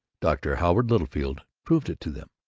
dr. howard littlefield proved it to them,